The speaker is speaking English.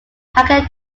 hagen